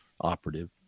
operative